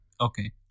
Okay